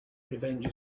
revenge